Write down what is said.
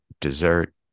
dessert